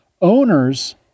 owners